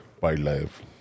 wildlife